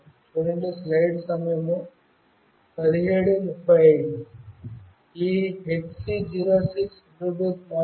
ఈ HC 06 bluetooth module చూద్దాం